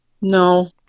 No